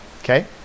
Okay